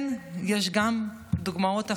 כן, יש גם דוגמאות אחרות.